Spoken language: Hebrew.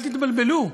אל תתבלבלו.